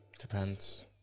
Depends